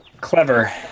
Clever